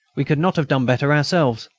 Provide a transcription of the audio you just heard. we could not have done better ourselves.